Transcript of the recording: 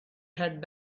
had